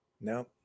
No